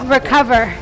Recover